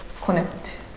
connect